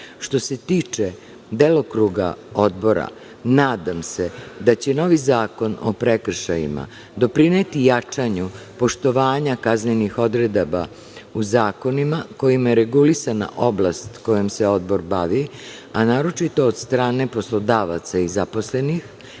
što se tiče delokruga Odbora, nadam se da će novi zakon o prekršajima doprineti jačanju poštovanja kaznenih odredaba u zakonima kojima je regulisana oblast kojom se Odbor bavi, a naročito od strane poslodavaca i zaposlenih,